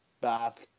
back